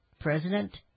President